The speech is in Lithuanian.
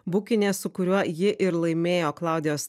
bukinė su kuriuo ji ir laimėjo klaudijos